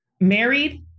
married